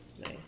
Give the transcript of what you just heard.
Nice